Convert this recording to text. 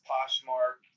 Poshmark